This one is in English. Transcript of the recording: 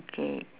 okay